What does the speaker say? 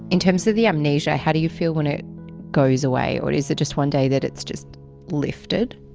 in terms of the amnesia, how do you feel when it goes away, or is it just one day that it's just lifted?